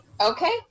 okay